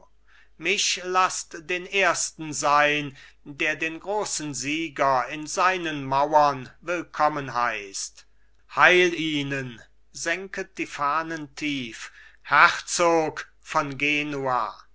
mich laßt den ersten sein der den großen sieger in seinen mauern willkommen heißt heil ihnen senket die fahnen tief herzog von genua